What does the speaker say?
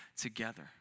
together